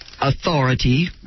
authority